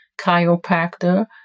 chiropractor